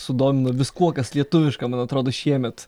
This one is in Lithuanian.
sudomino viskuo kas lietuviška man atrodo šiemet